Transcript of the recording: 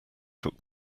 took